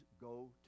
go